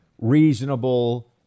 reasonable